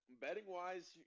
Betting-wise